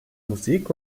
musik